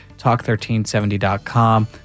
talk1370.com